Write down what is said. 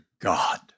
God